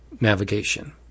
navigation